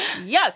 Yuck